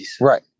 Right